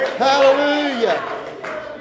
Hallelujah